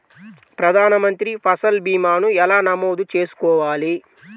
ప్రధాన మంత్రి పసల్ భీమాను ఎలా నమోదు చేసుకోవాలి?